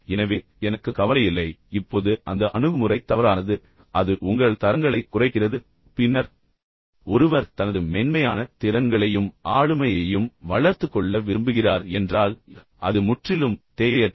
எனவே எனக்கு கவலையில்லை இப்போது அந்த அணுகுமுறை தவறானது அது உங்கள் தரங்களை குறைக்கிறது பின்னர் ஒருவர் தனது மென்மையான திறன்களையும் ஆளுமையையும் வளர்த்துக் கொள்ள விரும்புகிறார் என்றால் அது முற்றிலும் தேவையற்றது